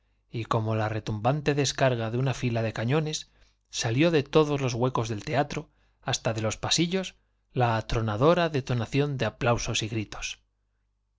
y como la retum bante descarga de una fila de cañones salió de todos los huecos del teatro hasta de los la atrona pasillos dora detonación de aplausos y gritos